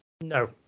No